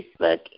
Facebook